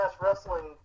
Wrestling